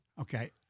Okay